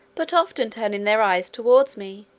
but often turning their eyes towards me,